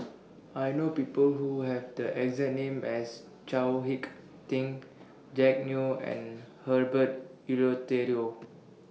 I know People Who Have The exact name as Chao Hick Tin Jack Neo and Herbert Eleuterio